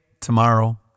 tomorrow